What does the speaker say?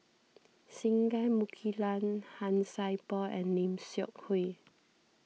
Singai Mukilan Han Sai Por and Lim Seok Hui